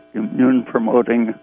immune-promoting